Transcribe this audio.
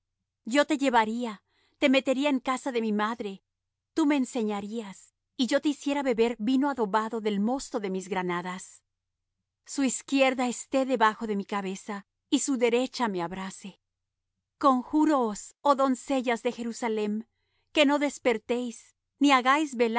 yo te llevaría te metiera en casa de mi madre tú me enseñarías